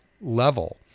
level